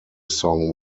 song